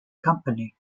company